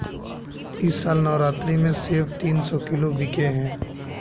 इस साल नवरात्रि में सेब तीन सौ किलो बिके हैं